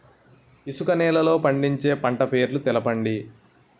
ఇసుక నేలల్లో పండించే పంట పేర్లు తెలపండి?